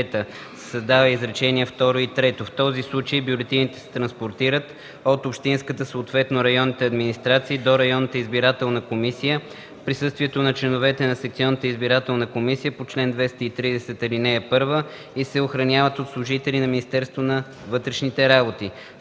създават изречение второ и трето: „В този случай бюлетините се транспортират от общинската, съответно районните администрации до районната избирателна комисия в присъствието на членовете на секционната избирателна комисия по чл. 230, ал. 1 и се охраняват от служители на Министерството на вътрешните работи.